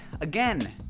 again